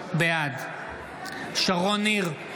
בעד שרון ניר,